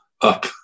up